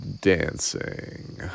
dancing